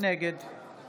נגד יש